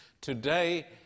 Today